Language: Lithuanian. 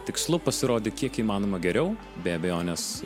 tikslu pasirodė kiek įmanoma geriau be abejonės